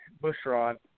Bushrod